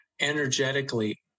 energetically